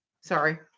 sorry